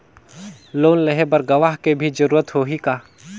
Loan लेहे बर गवाह के भी जरूरत होही का?